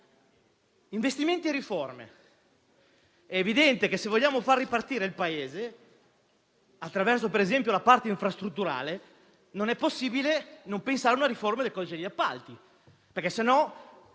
investimenti e riforme. È evidente che se vogliamo far ripartire il Paese, per esempio attraverso la parte infrastrutturale, non è possibile non pensare a una riforma del codice degli appalti, altrimenti